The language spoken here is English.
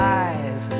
eyes